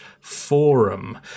forum